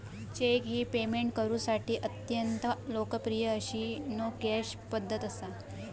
check ही payment करुसाठी अत्यंत लोकप्रिय अशी नो कॅश पध्दत असा